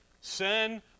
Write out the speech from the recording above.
sin